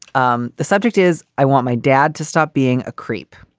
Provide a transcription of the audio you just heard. um the subject is i want my dad to stop being a creep.